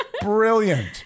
Brilliant